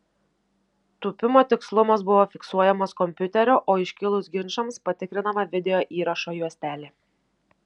tūpimo tikslumas buvo fiksuojamas kompiuterio o iškilus ginčams patikrinama video įrašo juostelė